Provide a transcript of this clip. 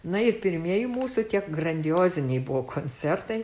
na ir pirmieji mūsų tie grandioziniai koncertai